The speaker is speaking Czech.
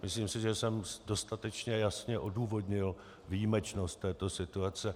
Myslím si, že jsem dostatečně jasně odůvodnil výjimečnost této situace.